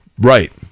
Right